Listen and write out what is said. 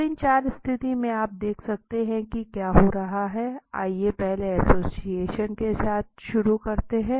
तो इन चार स्थिति में आप देख सकते है कि क्या हो रहा है आइए पहले एसोसिएशन के साथ शुरू करते हैं